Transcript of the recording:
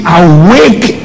awake